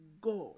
God